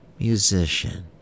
musician